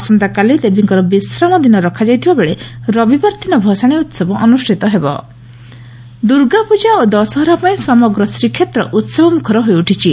ଆସନ୍ତାକାଲି ଦେବୀଙ୍କର ବିଶ୍ରାମ ଦିନ ରଖାଯାଇଥିବାବେଳେ ରବିବାର ଦିନ ଭସାଶୀ ଉସବ ଅନୁଷ୍ପିତ ହେବ ଶ୍ରୀମ ଦୂର୍ଗା ପୂଜା ଓ ଦଶହରା ପାଇଁ ସମଗ୍ର ଶ୍ରୀକ୍ଷେତ୍ର ଉସ୍ବ ମୁଖର ହୋଇଉଠିଛି